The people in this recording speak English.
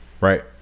right